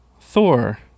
Thor